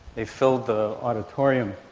they filled the auditorium.